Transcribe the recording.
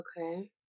Okay